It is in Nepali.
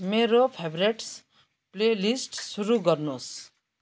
मेरो फेवरेट्स प्लेलिस्ट सुरु गर्नुहोस्